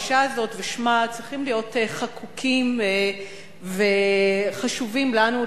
האשה הזאת ושמה צריכים להיות חקוקים וחשובים לנו,